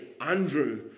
Andrew